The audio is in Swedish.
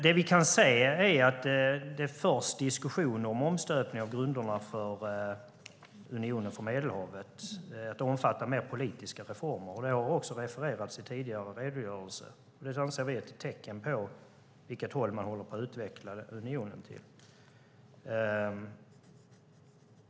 Det vi kan se är att det förs diskussioner om en omstöpning av grunderna för Unionen för Medelhavet till att omfatta mer politiska reformer. Det har också refererats i tidigare redogörelser. Detta anser vi är ett tecken på åt vilket håll man håller på att utveckla unionen.